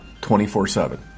24-7